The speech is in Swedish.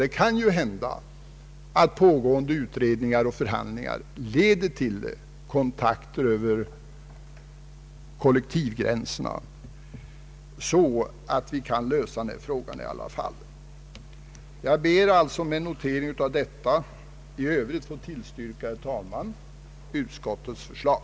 Det kan hända att pågående utredningar och förhandlingar 1l1eder till kontakter över kollektivgränserna, så att denna fråga kan lösas. Jag ber alltså, herr talman, att med notering av detta i övrigt få tillstyrka utskottets förslag.